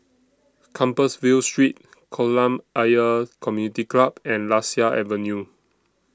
Compassvale Street Kolam Ayer Community Club and Lasia Avenue